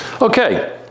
Okay